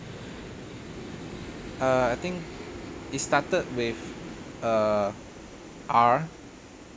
err I think it started with err R